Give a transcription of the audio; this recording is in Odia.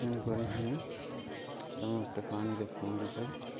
ତେଣୁକରି ଆମେ ସମସ୍ତେ ପାଣିରେ ପହଁରିଛ